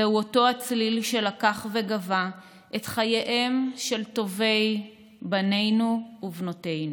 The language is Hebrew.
והוא אותו הצליל שלקח וגבה את חייהם של טובי בנינו ובנותינו.